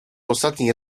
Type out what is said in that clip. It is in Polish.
ostatni